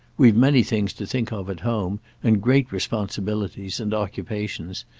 we've many things to think of at home, and great responsibilities and occupations,